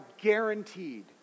guaranteed